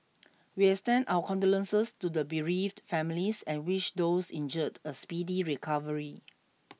we extend our condolences to the bereaved families and wish those injured a speedy recovery